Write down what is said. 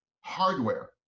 hardware